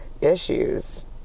issues